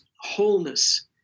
wholeness